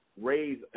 raise